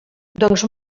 doncs